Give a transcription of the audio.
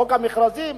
חוק המכרזים,